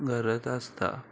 गरज आसता